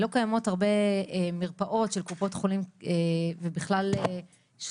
לא קיימות הרבה מרפאות של קופות חולים ובכלל שלוחות